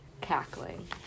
cackling